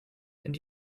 and